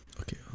Okay